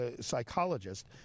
psychologist